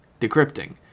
Decrypting